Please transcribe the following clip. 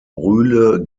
rühle